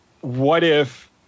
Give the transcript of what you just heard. what-if